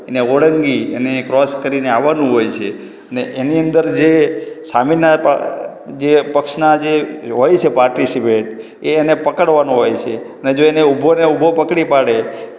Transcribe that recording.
એને ઓળંગી એને ક્રોસ કરીને આવવાનું હોય છે અને એની અંદર જે સામેના પ જે પક્ષના જે હોય છે પાર્ટિસિપન્ટ એ એને પકડવાનો હોય છે અને જો એને ઉભો ને ઉભો પકડી પાડે